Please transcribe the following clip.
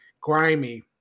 grimy